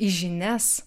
į žinias